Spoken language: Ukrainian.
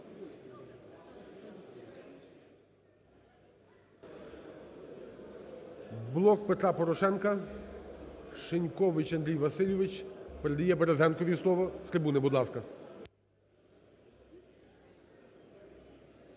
"Блок Петра Порошенка". Шинькович Андрій Васильович передає Березенкові слово. З трибуни, будь ласка.